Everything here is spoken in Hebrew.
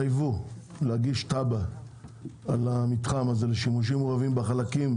תתחייבו להגיש תב"ע על המתחם הזה לשימושים מעורבים בחלקים